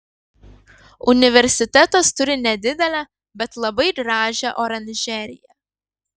universitetas turi nedidelę bet labai gražią oranžeriją